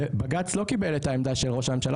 ובג"צ לא קיבל את העמדה של ראש הממשלה